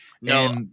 No